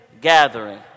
gathering